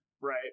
Right